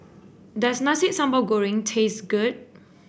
does Nasi Sambal Goreng taste good